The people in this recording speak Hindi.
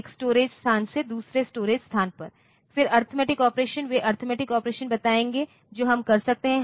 एक स्टोरेज स्थान से दूसरे स्टोरेज स्थान पर फिर अरिथमेटिक ऑपरेशन वे अरिथमेटिक ऑपरेशन बताएंगे जो हम कर सकते हैं